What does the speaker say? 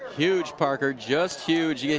huge, parker, just huge. yeah